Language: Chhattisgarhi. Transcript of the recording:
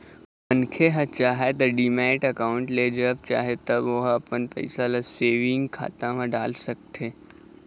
मनखे ह चाहय त डीमैट अकाउंड ले जब चाहे तब ओहा अपन पइसा ल सेंविग खाता म डाल सकथे